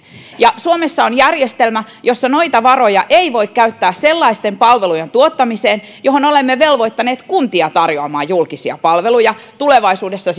ja suomessa on järjestelmä jossa noita varoja ei voi käyttää sellaisten palvelujen tuottamiseen jotka olemme velvoittaneet kunnat tarjoamaan julkisina palveluina tulevaisuudessa